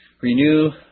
renew